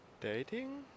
Dating